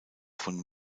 von